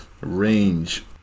range